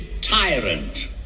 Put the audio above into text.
tyrant